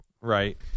Right